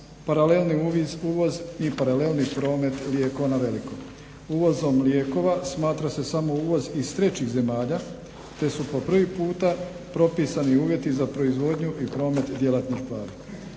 paralelni uvoz i paralelni promet lijekova na veliko. Uvozom lijekova smatra se samo uvoz iz trećih zemalja te su po prvi puta propisani uvjeti za proizvodnju i promet djelatnih tvari.